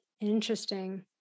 Interesting